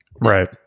Right